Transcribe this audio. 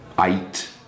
eight